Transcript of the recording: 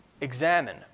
Examine